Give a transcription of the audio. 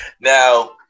Now